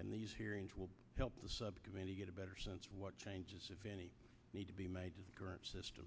and these hearings will help me to get a better sense of what changes if any need to be made to the current system